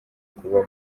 kuba